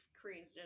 created